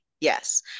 yes